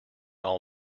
all